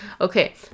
Okay